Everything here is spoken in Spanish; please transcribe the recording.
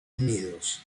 unidos